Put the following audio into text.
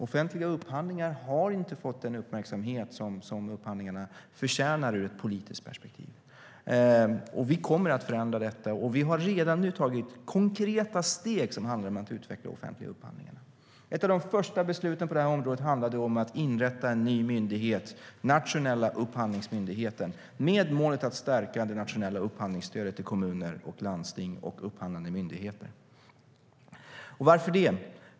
Offentliga upphandlingar har inte fått den uppmärksamhet som de förtjänar ur ett politiskt perspektiv. Vi kommer att förändra detta. Vi har redan nu tagit konkreta steg för att utveckla de offentliga upphandlingarna. Ett av de första besluten på det här området handlade om att inrätta en ny nationell upphandlingsmyndighet med målet att stärka det nationella upphandlingsstödet till kommuner, landsting och upphandlande myndigheter. Varför det?